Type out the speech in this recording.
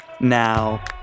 now